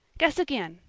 guess again.